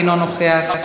אינו נוכח,